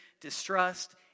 distrust